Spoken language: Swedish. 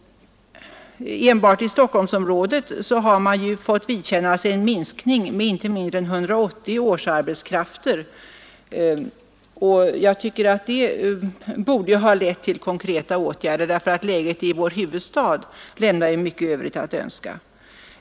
Enbart i Stockholmsområdet har man fått vidkännas en minskning med inte mindre än 180 årsarbetskrafter. Jag tycker att det borde ha föranlett konkreta åtgärder, eftersom läget i vår huvudstad verkligen lämnar mycket övrigt att önska.